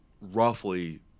roughly